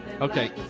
Okay